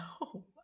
no